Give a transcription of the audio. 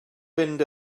fynd